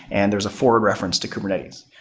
and there is a forward reference to kubernetes.